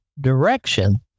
direction